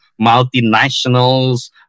multinationals